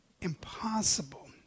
impossible